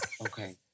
okay